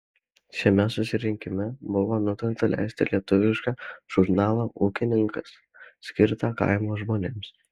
šiame susirinkime buvo nutarta leisti lietuvišką žurnalą ūkininkas skirtą kaimo žmonėms